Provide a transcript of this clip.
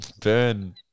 Burn